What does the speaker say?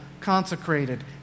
consecrated